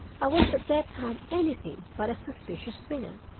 i was at that time anything but a suspicious man,